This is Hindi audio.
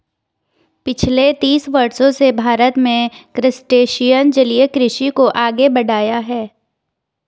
पिछले तीस वर्षों से भारत में क्रस्टेशियन जलीय कृषि को आगे बढ़ाया है